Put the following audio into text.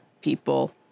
people